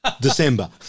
December